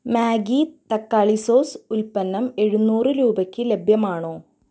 Maggi തക്കാളി sauce ഉൽപ്പന്നം എഴുനൂറ് രൂപയ്ക്ക് ലഭ്യമാണോ